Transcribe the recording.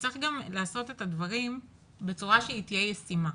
צריך גם לעשות את הדברים בצורה שהיא תהיה ישימה.